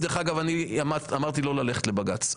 דרך-אגב, אני אמרתי לא ללכת לבג"ץ.